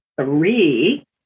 Three